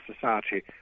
society